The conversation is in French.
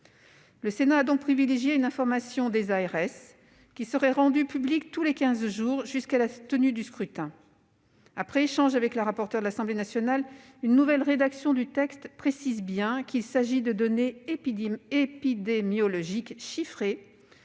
Le Sénat a donc privilégié une information par les agences régionales de santé (ARS), qui sera rendue publique tous les quinze jours jusqu'à la tenue du scrutin. Après échange avec la rapporteure de l'Assemblée nationale, une nouvelle rédaction du texte précise bien qu'il s'agit de données épidémiologiques chiffrées